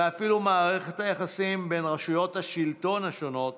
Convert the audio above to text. ואפילו מערכת היחסים בין רשויות השלטון השונות